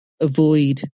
avoid